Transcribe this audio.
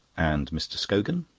and mr. scogan?